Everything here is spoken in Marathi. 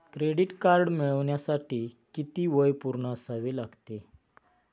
क्रेडिट कार्ड मिळवण्यासाठी किती वय पूर्ण असावे लागते?